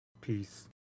Peace